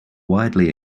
widely